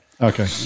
okay